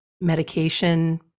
medication